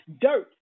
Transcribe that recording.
dirt